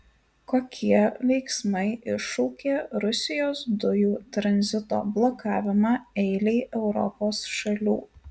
kokie veiksmai iššaukė rusijos dujų tranzito blokavimą eilei europos šalių